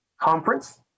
conference